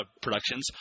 productions